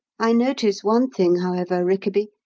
i notice one thing, however, rickaby,